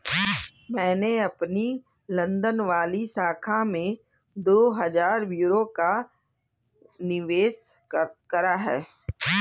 मैंने अपनी लंदन वाली शाखा में दो हजार यूरो का निवेश करा है